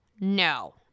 no